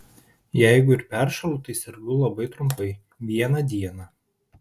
jeigu ir peršąlu tai sergu labai trumpai vieną dieną